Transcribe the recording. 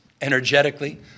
energetically